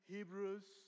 Hebrews